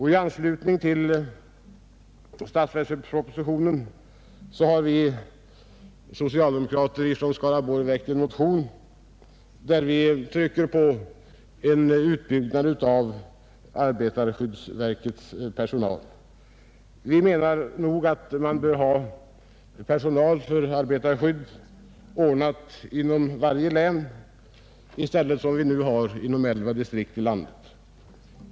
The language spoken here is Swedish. I anslutning till förslagen i statsverkspropositionen har vi, de socialdemokratiska ledamöterna från Skaraborgs län, väckt en motion, där vi trycker på nödvändigheten att utöka arbetarskyddsverkets personal. Vi menar att det bör finnas personal för arbetarskydd placerad inom varje län i stället för, som nu är fallet, inom elva distrikt i landet.